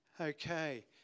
Okay